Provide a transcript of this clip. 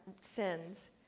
sins